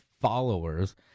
followers